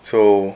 so